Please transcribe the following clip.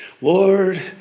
Lord